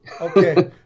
Okay